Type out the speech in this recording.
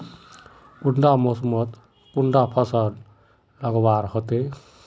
कुंडा मोसमोत कुंडा फसल लगवार होते?